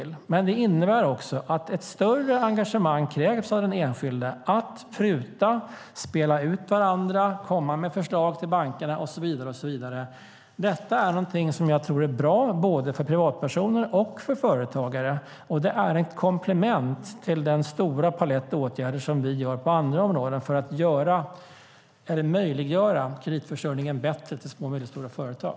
Men det innebär att ett större engagemang krävs av den enskilde att pruta, spela ut bankerna mot varandra, komma med förslag till bankerna och så vidare. Detta är någonting som jag tror är bra både för privatpersoner och för företagare. Det är ett komplement till den stora palett med åtgärder som vi har på andra områden för att möjliggöra en bättre kreditförsörjning till små och medelstora företag.